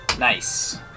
Nice